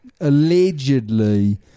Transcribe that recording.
allegedly